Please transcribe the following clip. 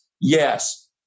Yes